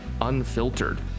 unfiltered